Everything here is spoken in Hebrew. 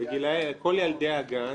כל ילדי הגן